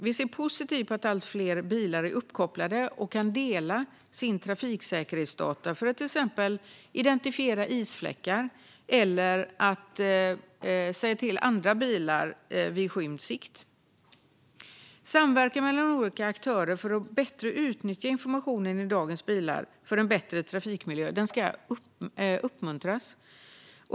Vi ser positivt på att allt fler bilar är uppkopplade och kan dela sina trafiksäkerhetsdata för att till exempel identifiera isfläckar eller andra bilar vid skymd sikt. Samverkan mellan olika aktörer för att bättre utnyttja informationen i dagens bilar för att få en bättre trafikmiljö ska uppmuntras.